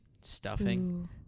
stuffing